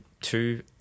two